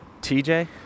TJ